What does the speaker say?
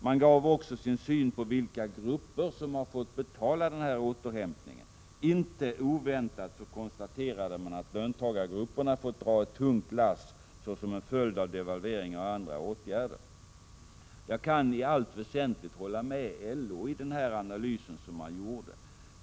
Man gav också sin syn på vilka grupper som har fått betala återhämtningen. Inte oväntat konstaterade man att löntagargrupperna fått dra ett tungt lass som en följd av devalveringar och andra åtgärder. Jag kan i allt väsentligt hålla med LO när det gäller den analys som man gjorde.